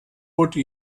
wurde